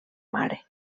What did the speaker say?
mare